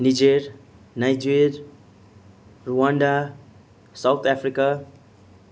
निजेर Niger Rwanda South Africa